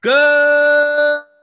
Good